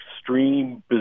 extreme